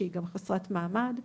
שהיא גם חסרת מעמד.